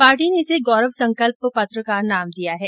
party ने इसे गौरव संकल्प पत्र का नाम दिया है